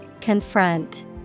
Confront